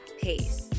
pace